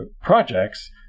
projects